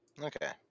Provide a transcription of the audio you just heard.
Okay